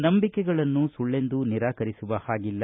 ನಂಬಿಕೆಗಳನ್ನು ಸುಳ್ಳೆಂದು ನಿರಾಕರಿಸುವ ಹಾಗಿಲ್ಲ